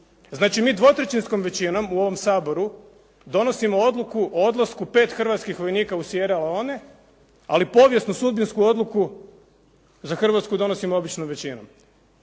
Znači, mi dvotrećinskom većinom u ovom Saboru donosimo odluku o odlasku 5 hrvatskih vojnika u Sierra Leone, ali povijesnu, sudbinsku odluku za Hrvatsku donosimo običnom većinom.